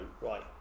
right